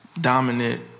dominant